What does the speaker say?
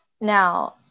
Now